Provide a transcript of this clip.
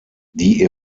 die